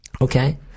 okay